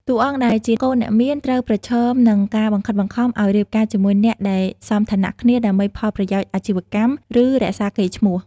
តួអង្គដែលជាកូនអ្នកមានត្រូវប្រឈមនឹងការបង្ខិតបង្ខំ ឱ្យរៀបការជាមួយអ្នកដែលសមឋានៈគ្នាដើម្បីផលប្រយោជន៍អាជីវកម្ម ឬរក្សាកេរ្តិ៍ឈ្មោះ។